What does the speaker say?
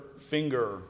finger